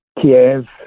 Kiev